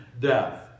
death